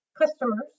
customers